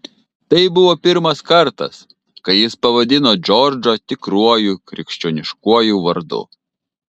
tai buvo pirmas kartas kai jis pavadino džordžą tikruoju krikščioniškuoju vardu